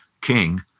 king